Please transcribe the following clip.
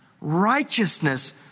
righteousness